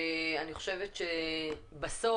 אני חושבת שבסוף